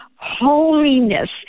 holiness